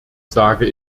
sage